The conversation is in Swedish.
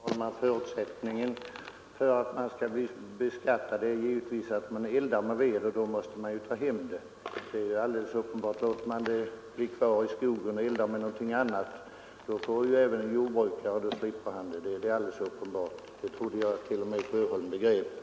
Herr talman! Förutsättningen för att man skall bli beskattad för veden är givetvis att man eldar med den, och då måste man ju ta hem den. Låter man veden ligga kvar i skogen och eldar med någonting annat, slipper man beskattningen även om man är jordbrukare, det är alldeles uppenbart. Jag trodde att t.o.m. herr Sjöholm begrep det.